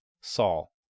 Saul